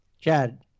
Chad